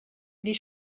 wie